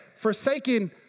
forsaken